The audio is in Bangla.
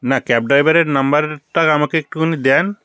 না ক্যাব ড্রাইভারের নম্বরটা আমাকে একটুখানি দিন